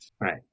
Right